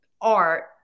art